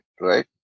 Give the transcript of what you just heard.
right